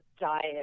diet